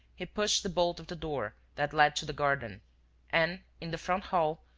he pushed the bolt of the door that led to the garden and, in the front hall,